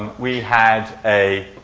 um we had a